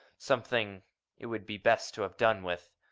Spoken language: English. something it would be best to have done with,